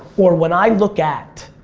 or when i look at,